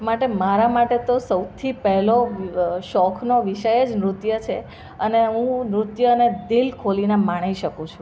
માટે મારા માટે તો સૌથી પહેલો શોખનો વિષય જ નૃત્ય છે અને હું નૃત્યને દિલ ખોલીને માણી શકું છું